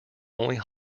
only